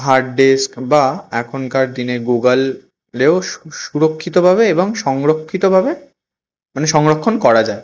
hard disk বা এখনকার দিনে গুগলেও সুরক্ষিতভাবে এবং সংরক্ষিতভাবে মানে সংরক্ষণ করা যায়